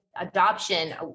adoption